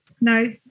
No